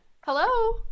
Hello